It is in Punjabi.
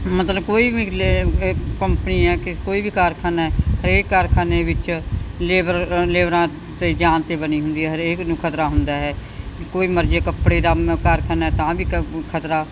ਮਤਲਬ ਕੋਈ ਵੀ ਲੇ ਏ ਕੰਪਨੀ ਹੈ ਕਿ ਕੋਈ ਵੀ ਕਾਰਖਾਨਾ ਹਰੇਕ ਕਾਰਖਾਨੇ ਵਿੱਚ ਲੇਬਰ ਲੇਬਰਾਂ 'ਤੇ ਜਾਨ 'ਤੇ ਬਣੀ ਹੁੰਦੀ ਹੈ ਹਰੇਕ ਨੂੰ ਖਤਰਾ ਹੁੰਦਾ ਹੈ ਕੋਈ ਮਰਜ਼ੀ ਕੱਪੜੇ ਦਾ ਕਾਰਖਾਨਾ ਤਾਂ ਵੀ ਕ ਖਤਰਾ